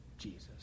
Jesus